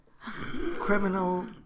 criminal